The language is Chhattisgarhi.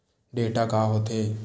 डेटा का होथे?